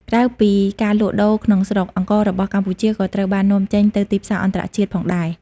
ក្រៅពីការលក់ដូរក្នុងស្រុក អង្កររបស់កម្ពុជាក៏ត្រូវបាននាំចេញទៅទីផ្សារអន្តរជាតិផងដែរ។